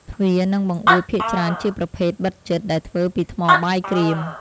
ទ្វារ និងបង្អួចភាគច្រើនជាប្រភេទបិទជិត ដែលធ្វើពីថ្មបាយក្រៀម។